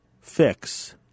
fix